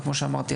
כמו שאמרתי,